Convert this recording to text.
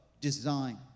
design